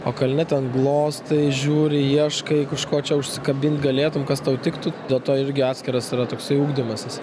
o kalne ten glostai žiūri ieškai kažko čia užsikabint galėtum kas tau tiktų dėl to irgi atskiras yra toksai ugdymasis